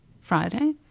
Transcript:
Friday